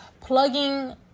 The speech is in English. plugging